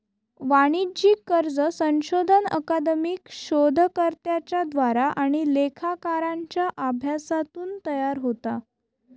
वाणिज्यिक कर्ज संशोधन अकादमिक शोधकर्त्यांच्या द्वारा आणि लेखाकारांच्या अभ्यासातून तयार होता